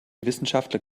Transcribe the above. wissenschaftler